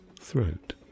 throat